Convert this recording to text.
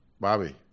Bobby